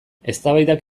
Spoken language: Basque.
eztabaidak